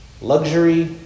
luxury